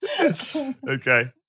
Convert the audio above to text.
Okay